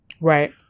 Right